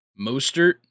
Mostert